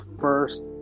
first